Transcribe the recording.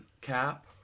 cap